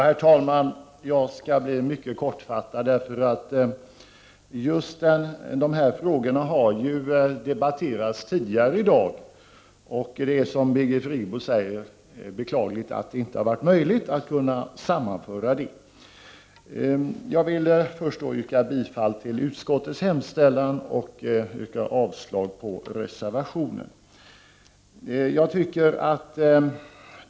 Herr talman! Jag skall vara mycket kortfattad, eftersom just dessa frågor har debatterats tidigare i dag. Det är, som Birgit Friggebo säger, beklagligt att det inte var möjligt att sammanföra debatterna. Först vill jag yrka bifall till utskottets hemställan och avslag på reservationen.